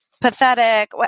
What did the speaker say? pathetic